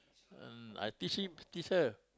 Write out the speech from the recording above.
umm I teach him teach her